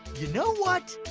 you know what,